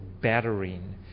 battering